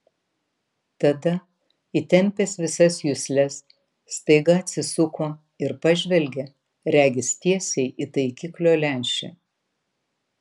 tada įtempęs visas jusles staiga atsisuko ir pažvelgė regis tiesiai į taikiklio lęšį